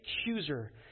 accuser